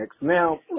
Now